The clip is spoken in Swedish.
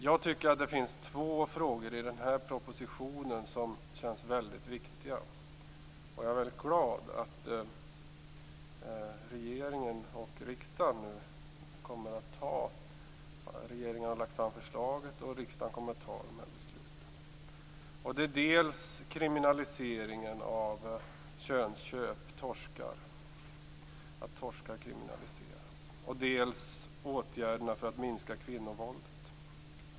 Jag tycker att det finns två frågor i denna proposition som känns väldigt viktiga. Jag är väldigt glad att regeringen har lagt fram förslaget och att riksdagen kommer att fatta dessa beslut. Det gäller dels kriminaliseringen av könsköp, dvs. att torskar kriminaliseras, dels åtgärderna för att minska kvinnovåldet.